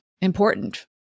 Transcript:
important